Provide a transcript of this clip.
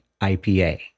IPA